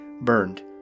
burned